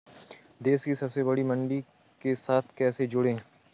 देश की सबसे बड़ी मंडी के साथ कैसे जुड़ें?